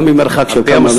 גם ממרחק של כמה מטרים.